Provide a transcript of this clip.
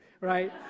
right